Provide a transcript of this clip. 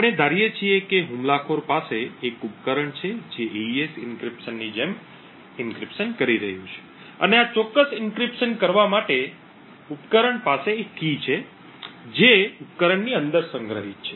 આપણે ધારીએ છીએ કે હુમલાખોર પાસે એક ઉપકરણ છે જે એઇએસ એન્ક્રિપ્શનની જેમ એન્ક્રિપ્શન કરી રહ્યું છે અને આ ચોક્કસ એન્ક્રિપ્શન કરવા માટે ઉપકરણ પાસે એક કી છે જે ઉપકરણની અંદર સંગ્રહિત છે